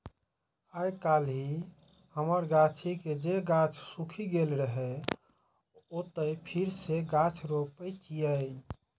आइकाल्हि हमरा गाछी के जे गाछ सूखि गेल रहै, ओतय फेर सं गाछ रोपै छियै